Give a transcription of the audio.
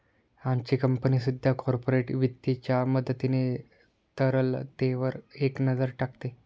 आमची कंपनी सुद्धा कॉर्पोरेट वित्ताच्या मदतीने तरलतेवर एक नजर टाकते